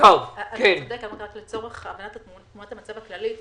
צודק אבל לצורך הבנת תמונת המצב הכללית.